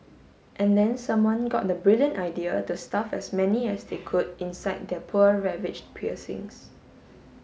and then someone got the brilliant idea to stuff as many as they could inside their poor ravaged piercings